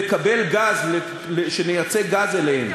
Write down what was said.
לקבל גז, שנייצא גז אליהן.